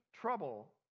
trouble